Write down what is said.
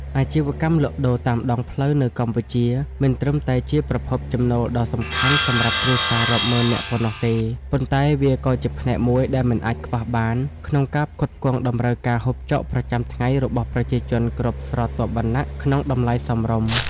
អាជីវកម្មលក់ដូរតាមដងផ្លូវនៅកម្ពុជា មិនត្រឹមតែជាប្រភពចំណូលដ៏សំខាន់សម្រាប់គ្រួសាររាប់ម៉ឺននាក់ប៉ុណ្ណោះទេ ប៉ុន្តែវាក៏ជាផ្នែកមួយដែលមិនអាចខ្វះបានក្នុងការផ្គត់ផ្គង់តម្រូវការហូបចុកប្រចាំថ្ងៃរបស់ប្រជាជនគ្រប់ស្រទាប់វណ្ណៈក្នុងតម្លៃសមរម្យ។